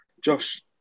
Josh